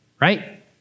right